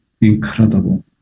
Incredible